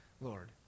Lord